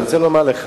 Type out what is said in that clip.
אני רוצה לומר לך,